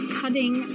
cutting